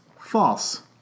False